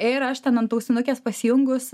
ir aš ten ant ausinukės pasijungus